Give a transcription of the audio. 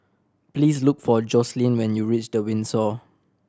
please look for Joslyn when you reach The Windsor